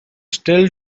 still